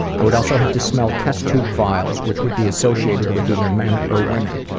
i would also have to smell test tube vials which would be associated with either men or women.